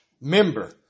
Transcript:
member